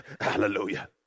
Hallelujah